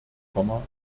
frau